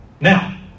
Now